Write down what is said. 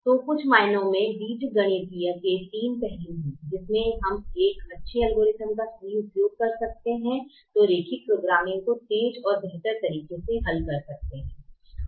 तो कुछ मायनों में बीजगणितीय के तीन पहलू हैं जिसमे हम एक अच्छी एल्गॉरिथ्म का सही उपयोग कर सकते है तो रैखिक प्रोग्रामिंग को तेज और बेहतर तरीके से हल कर सकते हैं